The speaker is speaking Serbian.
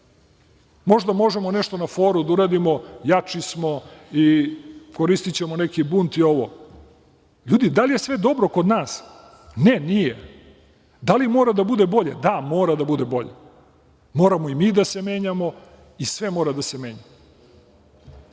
Možda možemo nešto na foru da uradimo, jači smo i koristićemo neki bunt. Ljudi, da li je sve dobro kod nas? Ne, nije. Da li mora da bude bolje? Da, mora da bude bolje. Moramo i mi da se menjamo i sve mora da se menja.